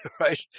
right